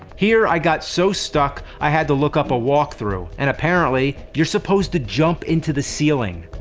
here, i got so stuck i had to look up a walkthrough and apparently you're supposed to jump into the ceiling.